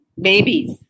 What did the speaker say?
babies